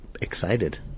excited